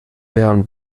bern